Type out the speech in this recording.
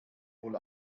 wohl